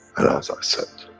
and as i said,